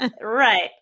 right